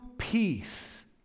peace